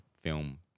film